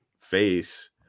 face